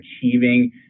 achieving